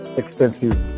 expensive